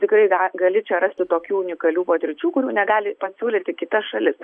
tikrai ga gali čia rasti tokių unikalių patirčių kurių negali pasiūlyti kita šalis